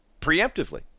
preemptively